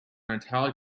italic